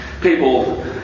people